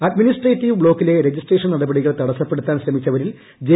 administrative ബ്ലോക്കിലെ registration നടപടികൾ തടസ്സപ്പെടുത്താൻ ശ്രമിച്ചവരിൽ ജെ